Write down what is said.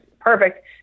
perfect